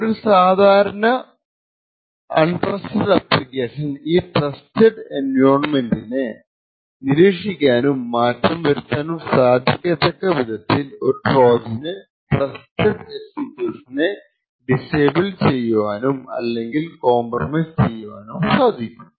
ഒരു സാധാരണ untrusted application ഈ ട്രസ്റ്റഡ് എൻവയണ്മെന്റിനെ നിരീക്ഷിക്കാനും മാറ്റം വരുത്താനും സാധിക്കത്തക്ക വിധത്തിൽ ഒരു ട്രോജന് ട്രസ്റ്റഡ് എക്സിക്യൂഷനെ ഡിസേബിൾ ചെയ്യുവാനും അല്ലെങ്കിൽ കോംപ്രമൈസ് ചെയ്യുവാനോ സാധിക്കും